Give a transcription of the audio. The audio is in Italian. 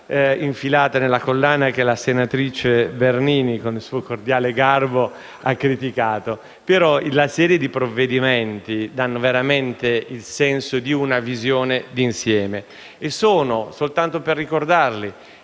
la serie di provvedimenti danno veramente il senso di una visione d'insieme: soltanto per ricordarli,